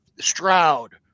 Stroud